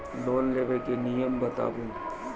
Loan लेबे के नियम बताबू?